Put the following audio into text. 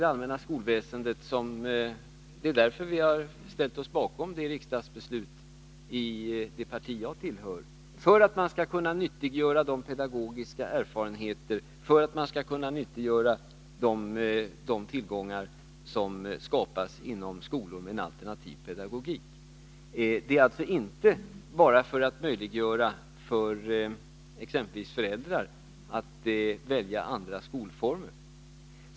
Det är därför vi i det parti jag tillhör har ställt oss bakom detta riksdagsbeslut, för att man skall kunna nyttiggöra de pedagogiska erfarenheter och de tillgångar som skapas inom skolor med en alternativ pedagogik. Vi gör det alltså inte bara för att möjliggöra för exempelvis föräldrar att välja andra skolformer.